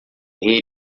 rei